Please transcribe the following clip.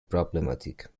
problematic